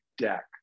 deck